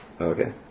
Okay